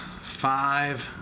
five